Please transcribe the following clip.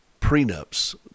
prenups